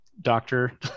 doctor